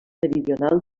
meridional